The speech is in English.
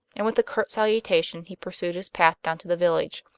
and with a curt salutation he pursued his path down to the village.